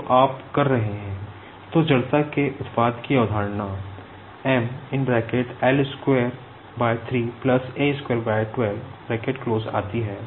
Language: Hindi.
तो आप कर रहे हैं तो जड़ता के उत्पाद की अवधारणा आती है